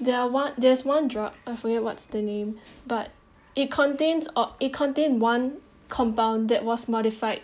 their what there's one drug I forgot what's the name but it contains or a contain one compound that was modified